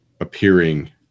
Appearing